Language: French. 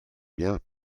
bien